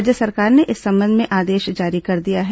राज्य सरकार ने इस संबंध में आदेश जारी कर दिया है